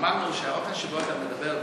אמרנו שהאופן שבו אתה מדבר,